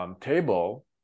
table